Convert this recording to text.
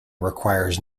requires